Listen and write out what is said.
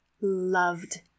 loved